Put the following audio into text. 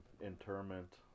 Interment